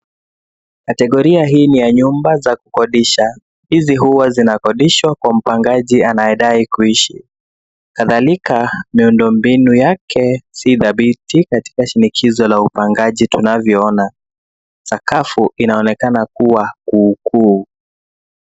Kategoria hii ni ya nyumba za kukodisha. Hizi huwa zinakodishwa kwa mpangaji anayedai kuishi. Kadhalika, miundombinu yake si dhabiti katika shinikizo la upandaji tunavyoona. Sakafu inaonekana kuwa kuu kuu.